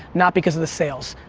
not because of the sales.